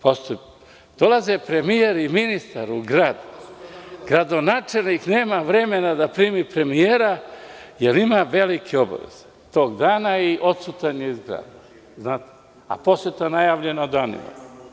Pazite, dolaze premijer i ministar u grad, gradonačelnik nema vremena da primi premijera, jer ima velike obaveze tog dana i odsutan je iz grada, a poseta najavljena danima.